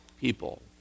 people